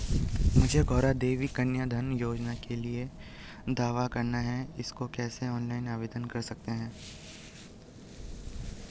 मुझे गौरा देवी कन्या धन योजना के लिए दावा करना है इसको कैसे ऑनलाइन आवेदन कर सकते हैं?